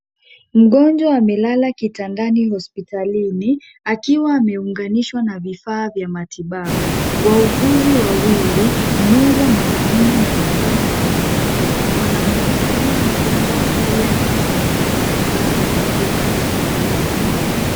Mgonjwa amelala kitandani hospitalini, akiwa ameunganishwa na vifaa vya matibabu. Wauguzi wawili, mmoja mwanaume na mwingine mwanamke, wanamwangalia mgonjwa na pia wakitumia vifaa vilivyo karibu naye.